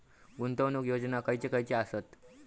गुंतवणूक योजना खयचे खयचे आसत?